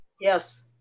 yes